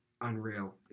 unreal